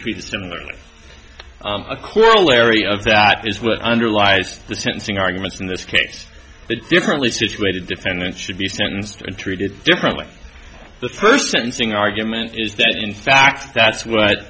treated similarly a corollary of that is what underlies the sentencing arguments in this case it's differently situated defendants should be sentenced and treated differently the first sentencing argument is that in fact that's what